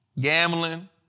Gambling